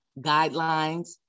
guidelines